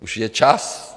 už je čas.